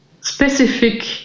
specific